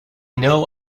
know